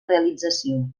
realització